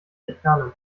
entfernen